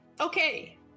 Okay